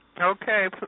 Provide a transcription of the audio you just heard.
okay